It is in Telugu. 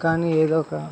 కానీ ఏదో ఒక